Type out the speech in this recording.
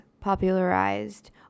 popularized